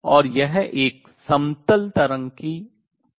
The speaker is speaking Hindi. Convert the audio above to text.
और यह एक समतल तरंग की तरह है